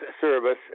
service